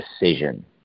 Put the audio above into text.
decision